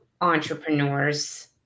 entrepreneurs